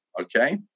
Okay